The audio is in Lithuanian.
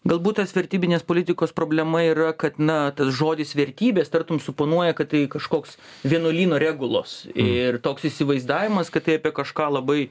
galbūt tos vertybinės politikos problema yra kad na tas žodis vertybės tartum suponuoja kad tai kažkoks vienuolyno regulos ir toks įsivaizdavimas kad tai apie kažką labai